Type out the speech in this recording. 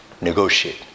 negotiate